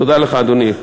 תודה לך, אדוני.